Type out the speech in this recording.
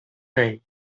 day